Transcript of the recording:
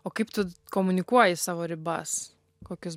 o kaip tu komunikuoji savo ribas kokius